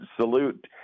salute